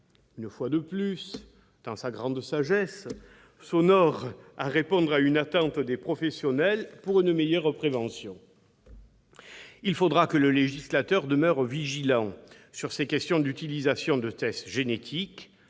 une fois de plus, dans sa grande sagesse, s'honore en répondant à une attente des professionnels pour une meilleure prévention. Il faudra que le législateur demeure vigilant sur ces questions d'utilisation de tests génétiques,